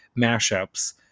mashups